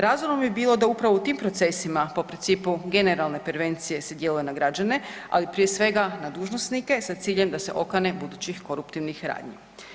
Razumno bi bilo da upravo u tim procesima po principu generalne prevencije se djeluje na građane ali prije svega na dužnosnike sa ciljem da se okane budućih koruptivnih radnji.